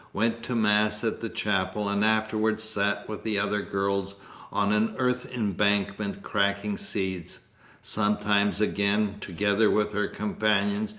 went to mass at the chapel and afterwards sat with the other girls on an earth-embankment cracking seeds sometimes again, together with her companions,